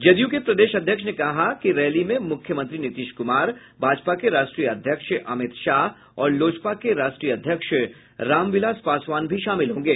जदयू के प्रदेश अध्यक्ष ने कहा कि रैली में मुख्यमंत्री नीतीश क्मार भाजपा के राष्ट्रीय अध्यक्ष अमित शाह और लोजपा के राष्ट्रीय अध्यक्ष राम विलास पासवान भी शामिल होंगे